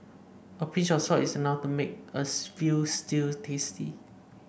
a pinch of salt is enough to make a veal stew tasty